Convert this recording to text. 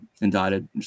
indicted